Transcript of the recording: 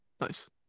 Nice